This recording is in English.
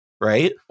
right